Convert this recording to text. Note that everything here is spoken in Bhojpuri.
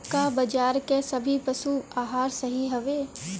का बाजार क सभी पशु आहार सही हवें?